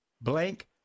blank